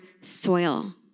soil